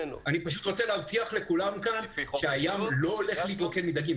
רוצה להבטיח לכולם כאן שהים לא הולך להתרוקן מדגים.